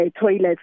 toilets